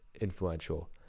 influential